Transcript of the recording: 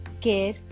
care